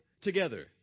together